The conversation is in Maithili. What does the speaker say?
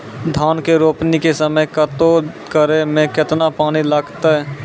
धान के रोपणी के समय कदौ करै मे केतना पानी लागतै?